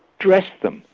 dressed them,